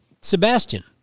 Sebastian